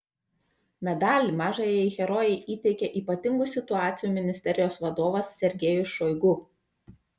medalį mažajai herojei įteikė ypatingų situacijų ministerijos vadovas sergejus šoigu